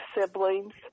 siblings